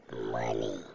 money